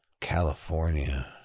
california